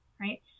right